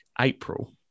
April